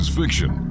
fiction